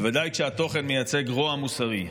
בוודאי כשהתוכן מייצג רוע מוסרי.